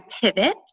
pivot